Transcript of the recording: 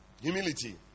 Humility